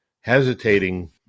hesitating